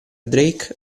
drake